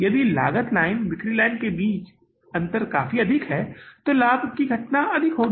यदि लागत लाइन और बिक्री लाइन के बीच अंतर काफी अधिक है तो लाभ की घटना अधिक होगी